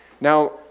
Now